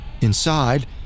Inside